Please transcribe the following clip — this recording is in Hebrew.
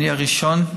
אני הראשון,